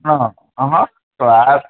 ହଁ ହଁ ହଁ ହଁ କ୍ଲାସ୍